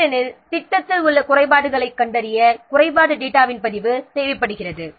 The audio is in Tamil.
ஏனெனில் திட்டத்தில் உள்ள குறைபாடுகளைக் கண்டறிய குறைபாடு டேட்டாவின் பதிவு தேவைப்படுகிறது